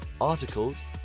articles